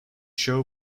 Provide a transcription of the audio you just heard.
show